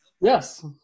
Yes